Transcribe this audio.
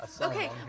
Okay